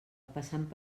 passant